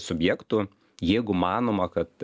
subjektų jeigu manoma kad